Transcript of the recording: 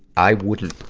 i wouldn't